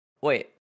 Wait